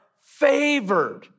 favored